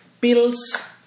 bills